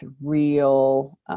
real